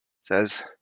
says